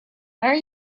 are